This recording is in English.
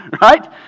right